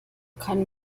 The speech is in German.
kann